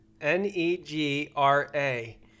N-E-G-R-A